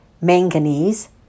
manganese